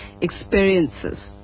experiences